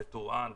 בטוראן,